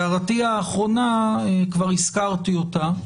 הערתי האחרונה, כבר הזכרתי אותה,